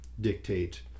dictate